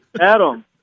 Adam